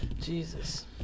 Jesus